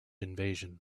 invasion